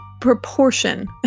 proportion